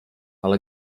ale